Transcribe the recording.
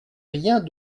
rien